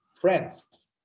friends